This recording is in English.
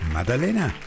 Madalena